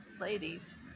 ladies